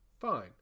Fine